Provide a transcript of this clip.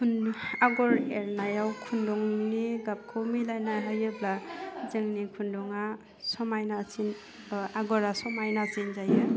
खुन आगर एरनायाव खुन्दुंनि गाबखौ मिलाइना होयोब्ला जोंनि खुन्दुङा समायनासिन ओह आगरा समायनासिन जायो